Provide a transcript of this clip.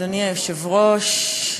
אדוני היושב-ראש,